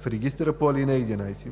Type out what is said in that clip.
В регистъра по ал. 11